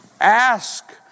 Ask